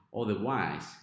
otherwise